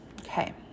Okay